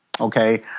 okay